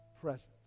presence